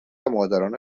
مادران